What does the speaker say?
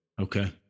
Okay